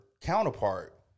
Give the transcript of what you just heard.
counterpart